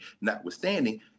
notwithstanding